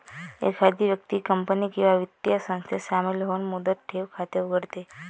एखादी व्यक्ती कंपनी किंवा वित्तीय संस्थेत शामिल होऊन मुदत ठेव खाते उघडते